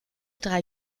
drei